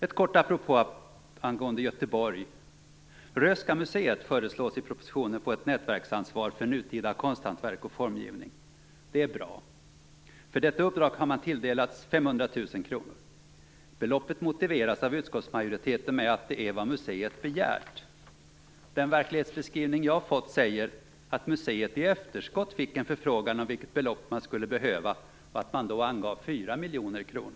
Ett kort apropå angående Göteborg: Röhsska museet föreslås i propositionen få ett nätverksansvar för nutida konsthantverk och formgivning. Det är bra. För detta uppdrag har man tilldelats 500 000 kr. Beloppet motiveras av utskottsmajoriteten med att det är vad museet begärt. Den verklighetsbeskrivning jag fått säger att museet i efterskott fick en förfrågan om vilket belopp man skulle behöva och att man då angav Herr talman!